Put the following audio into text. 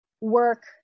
work